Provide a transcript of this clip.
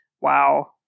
Wow